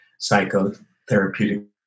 psychotherapeutic